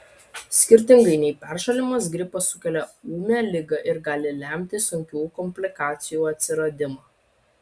skirtingai nei peršalimas gripas sukelia ūmią ligą ir gali lemti sunkių komplikacijų atsiradimą